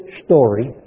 story